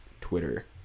twitter